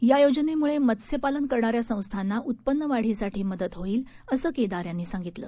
यायोजनेमुळेमत्स्यपालनकरणाऱ्यासंस्थानाउत्पन्नवाढीसाठीमदतहोईलअसंकेंदारयांनीसांगितलं